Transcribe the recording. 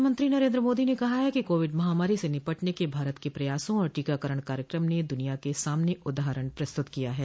प्रधानमंत्री नरेन्द्र मोदी ने कहा है कि कोविड महामारी से निपटने के भारत के प्रयासों और टीकाकरण कार्यक्रम ने दुनिया के सामने उदाहरण प्रस्तुत किया है